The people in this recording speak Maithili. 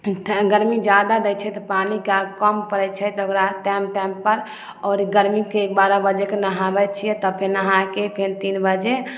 गरमी जादा दै छै तऽ पानी कम पड़ै छै तऽ ओकरा टाइम टाइमपर आओर गरमीके बारह बजेके नहाबैत छिए तब फेन नहाके फेन तीन बजे